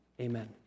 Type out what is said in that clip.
Amen